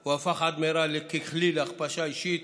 הוא הפך עד מהרה לכלי להכפשה אישית,